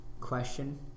question